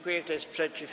Kto jest przeciw?